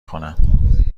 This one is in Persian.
کنم